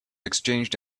exchanged